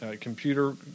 computer